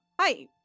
Hi